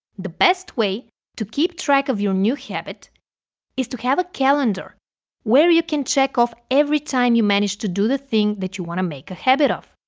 the best way to keep track of your new habit is to have a calendar where you can check off every time you manage to do the thing that you want to make a habit of.